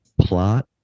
Plot